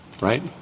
Right